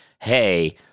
hey